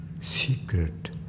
secret